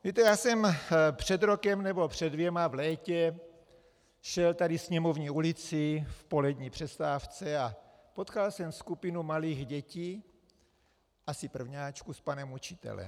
Víte, já jsem před rokem nebo před dvěma v létě šel tady Sněmovní ulicí v polední přestávce a potkal jsem skupinu malých dětí, asi prvňáčků, s panem učitelem.